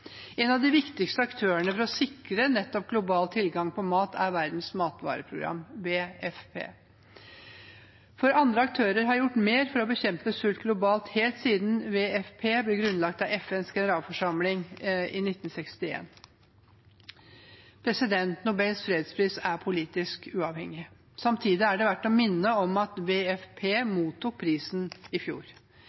En av de viktigste aktørene for å sikre nettopp global tilgang på mat er Verdens matvareprogram, WFP. Få andre aktører har gjort mer for å bekjempe sult globalt, helt siden WFP ble grunnlagt av FNs generalforsamling i 1961. Nobels fredspris er politisk uavhengig. Samtidig er det verdt å minne om at WFP mottok prisen i fjor.